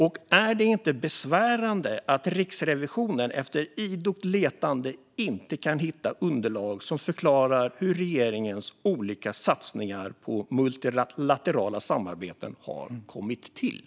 Och är det inte besvärande att Riksrevisionen efter idogt letande inte kan hitta underlag som förklarar hur regeringens olika satsningar på multilaterala samarbeten har kommit till?